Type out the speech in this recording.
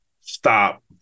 stop